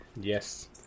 Yes